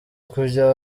kujya